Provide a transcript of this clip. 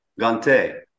Gante